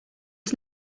was